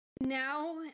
now